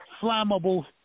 flammable